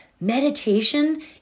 meditation